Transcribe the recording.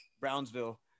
Brownsville